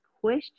question